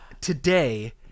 Today